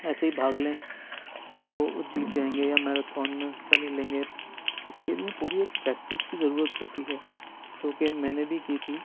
ایسے ہی بھاگ لیں تو جیت جائیں گے یا میراتھن میں حصہ لے لیں گے اس کے لیے پوری ایک پریکٹس کی ضرورت ہوتی ہے جو کہ میں نے بھی کی تھی